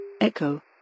Echo